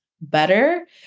better